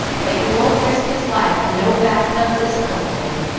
but you won't risk his life in no bath-tubs this cold day.